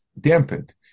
dampened